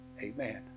Amen